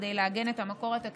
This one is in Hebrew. כדי לעגן את המקור התקציבי.